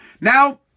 Now